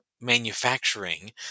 manufacturing